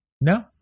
No